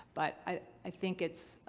but i think it's,